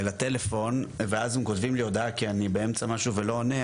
לטלפון ואז הם כותבים לי הודעה כי אני באמצע משהו ולא עונה,